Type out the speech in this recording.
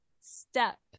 step